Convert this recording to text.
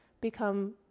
become